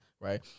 right